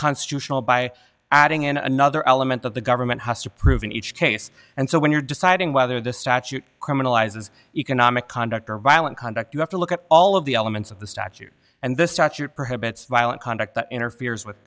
constitutional by adding in another element of the government has to prove in each case and so when you're deciding whether the statute criminalizes economic conduct or violent conduct you have to look at all of the elements of the statute and this statute perhaps violent conduct that interferes with